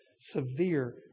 severe